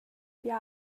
bia